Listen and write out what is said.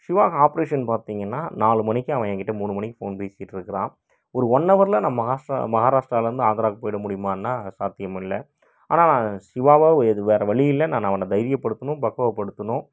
சிவாவுக்கு operation பார்த்தீங்கன்னா நாலு மணிக்கு அவன் என்கிட்டே மூணு மணிக்கு ஃபோன் பேசிகிட்ருக்குறான் ஒரு ஒன் அவரில் நான் மஹாஷ்டிரா மஹாராஸ்டிராலருந்து ஆந்திராவுக்கு போய்விட முடியுமான்னால் அது சாத்தியமில்லை ஆனால் நான் சிவாவை ஓ எது வேறு வழியில்ல நான் அவனை தைரியப்படுத்தணும் பக்குவப்படுத்தணும்